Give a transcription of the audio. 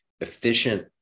efficient